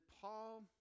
Paul